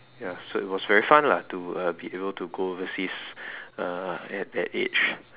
ya so it was very fun lah to uh be able to go overseas uh at that age